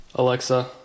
Alexa